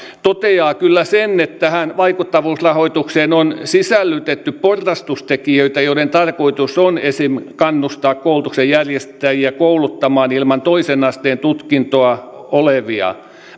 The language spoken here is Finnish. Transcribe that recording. toteaa kyllä sen että tähän vaikuttavuusrahoitukseen on sisällytetty porrastustekijöitä joiden tarkoitus on esimerkiksi kannustaa koulutuksen järjestäjiä kouluttamaan ilman toisen asteen tutkintoa olevia